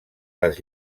les